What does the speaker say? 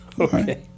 Okay